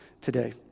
today